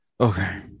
Okay